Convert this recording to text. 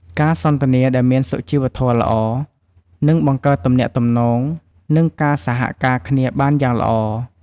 ការសន្ទនាដែលមានសុជីវធម៌ល្អ នឹងបង្កើនទំនាក់ទំនង និងការសហការគ្នាបានយ៉ាងល្អ។